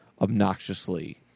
obnoxiously